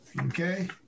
Okay